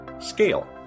scale